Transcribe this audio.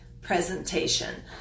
presentation